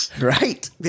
Right